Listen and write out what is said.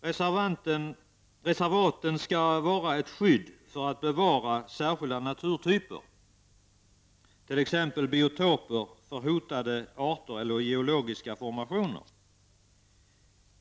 Reservaten skall vara ett skydd för att man skall kunna bevara särskilda naturtyper, t.ex. biotoper för hotade arter eller geologiska formationer.